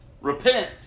Repent